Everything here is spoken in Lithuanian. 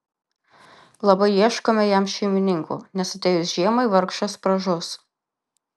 labai ieškome jam šeimininkų nes atėjus žiemai vargšas pražus